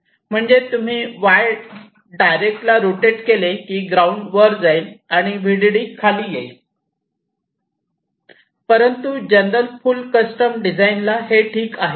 म्हणजे तुम्ही Y direct ला रोटेड केले की ग्राउंड वर जाईल आणि VDD खाली येईल परंतु जनरल फुल कस्टम डिझाईन ला हे ठीक आहे